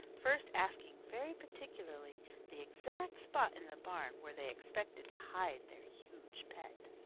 first asking very particularly the exact spot in the barn where they expected to hide their huge pet.